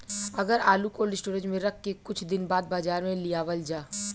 अगर आलू cold storage में रख के कुछ दिन बाद बाजार में लियावल जा?